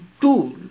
tool